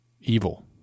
Evil